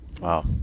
Wow